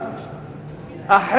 תודה.